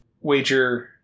wager